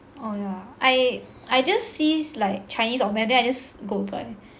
oh yeah I I just sees like chinese or math then I just go apply